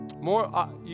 More